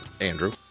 Andrew